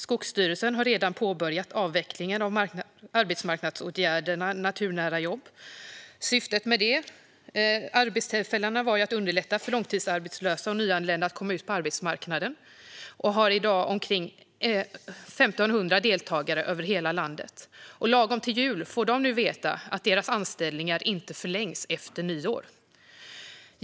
Skogsstyrelsen har redan påbörjat avvecklingen av arbetsmarknadsåtgärden naturnära jobb. Syftet med dessa arbetstillfällen var att underlätta för långtidsarbetslösa och nyanlända att komma ut på arbetsmarknaden. I dag deltar omkring 1 500 över hela landet, men lagom till jul får de nu veta att deras anställning inte förlängs efter nyår.